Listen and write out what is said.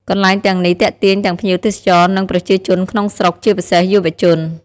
កន្លែងទាំងនេះទាក់ទាញទាំងភ្ញៀវទេសចរ និងប្រជាជនក្នុងស្រុក ជាពិសេស យុវជន ។